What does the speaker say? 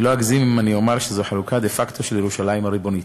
אני לא אגזים אם אני אומר שזו חלוקה דה-פקטו של ירושלים הריבונית.